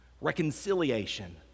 reconciliation